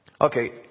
okay